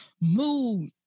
Move